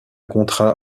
contrat